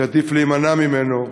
שעדיף להימנע ממנו.